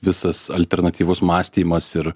visas alternatyvus mąstymas ir